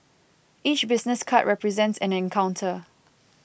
each business card represents an encounter